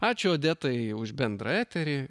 ačiū odetai už bendrą eterį